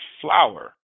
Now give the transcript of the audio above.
Flower